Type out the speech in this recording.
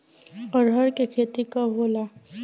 अरहर के खेती कब होला?